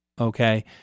okay